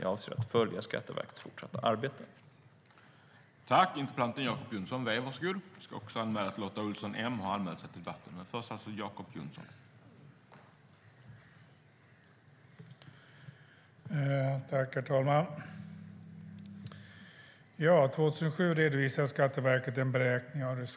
Jag avser att följa Skatteverkets fortsatta arbete.